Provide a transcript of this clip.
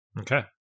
Okay